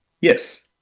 yes